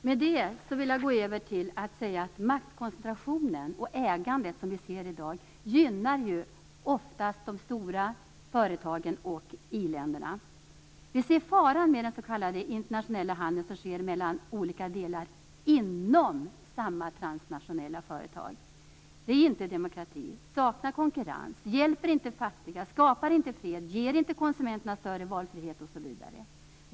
Den maktkoncentration och det ägande som vi ser i dag gynnar ju oftast de stora företagen och iländerna. Vi ser en fara med den s.k. internationella handel som sker mellan olika delar inom samma transnationella företag. Det är inte demokratiskt, saknar konkurrens, hjälper inte fattiga, skapar inte fred, ger inte konsumenterna större valfrihet osv.